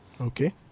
okay